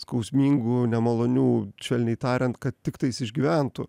skausmingų nemalonių švelniai tariant kad tiktai jis išgyventų